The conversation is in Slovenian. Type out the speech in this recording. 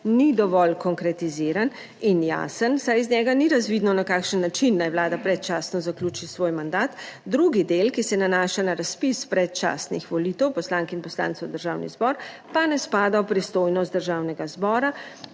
ni dovolj konkretiziran in jasen, saj iz njega ni razvidno, na kakšen način naj Vlada predčasno zaključi svoj mandat. Drugi del, ki se nanaša na razpis predčasnih volitev poslank in poslancev v Državni zbor, pa ne spada v pristojnost Državnega zbora,